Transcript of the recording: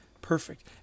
perfect